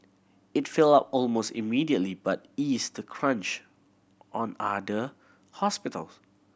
it filled up almost immediately but eased the crunch on other hospitals